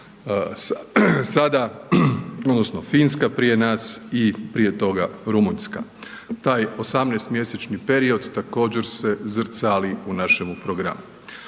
Hrvatska, odnosno Finska prije nas i prije toga Rumunjska. Taj osamnaestomjesečni period također se zrcali u našemu programu.